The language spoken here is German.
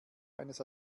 eines